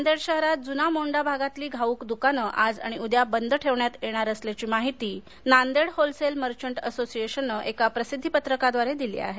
नांदेड शहरात जूना मोंढा भागातली घाऊक विक्री दुकानं आज आणि उद्या बंद ठेवण्यात येत असल्याची माहिती नांदेड होलसेल मर्चंट असोशिएशननं एका प्रसिद्धी पत्रकाद्वारे दिली आहे